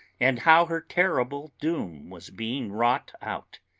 and how her terrible doom was being wrought out.